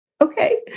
okay